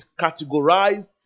categorized